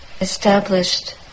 established